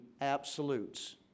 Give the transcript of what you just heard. absolutes